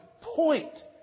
point